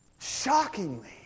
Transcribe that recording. shockingly